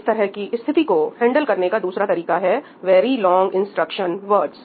इस तरह की स्थिति को हैंडल करने का दूसरा तरीका है वेरी लोंग इंस्ट्रक्शन वर्ड्स